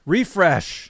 Refresh